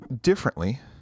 differently